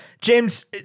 James